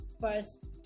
first